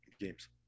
games